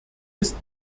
ist